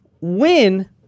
win